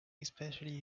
especially